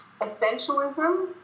Essentialism